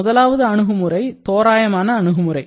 முதலாவது அணுகுமுறை தோராயமான அணுகுமுறை